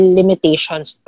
limitations